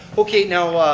okay, now,